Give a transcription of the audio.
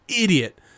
Idiot